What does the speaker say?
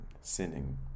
sinning